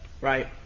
right